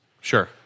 Sure